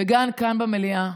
וגם כאן במליאה.